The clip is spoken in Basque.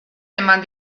eman